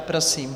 Prosím.